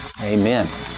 Amen